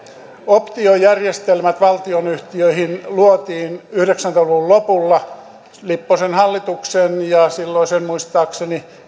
optiojärjestelmät valtionyhtiöihin luotiin yhdeksänkymmentä luvun lopulla lipposen hallitus ja silloinen ministeri muistaakseni